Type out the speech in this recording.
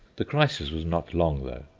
the crisis was not long, though.